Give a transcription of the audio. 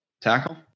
tackle